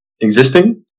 existing